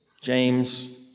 James